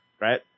Right